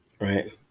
Right